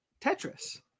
Tetris